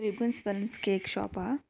ribbons balloons cake shop